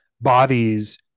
bodies